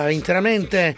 interamente